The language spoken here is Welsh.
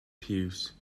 piws